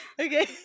Okay